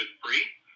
free